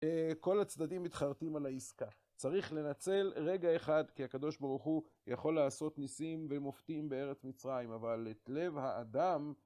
כל הצדדים מתחרטים על העסקה, צריך לנצל רגע אחד כי הקדוש ברוך הוא יכול לעשות ניסים ומופתים בארץ מצרים אבל את לב האדם